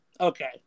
Okay